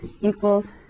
equals